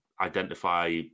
identify